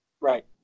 right